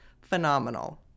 phenomenal